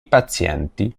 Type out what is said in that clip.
pazienti